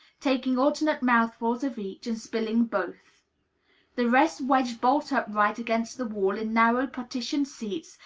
taking alternate mouthfuls of each, and spilling both the rest wedged bolt upright against the wall in narrow partitioned seats,